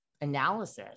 analysis